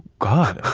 god.